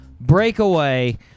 Breakaway